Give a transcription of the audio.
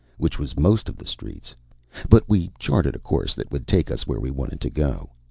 which was most of the streets but we charted a course that would take us where we wanted to go.